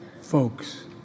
Folks